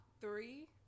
three